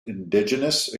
indigenous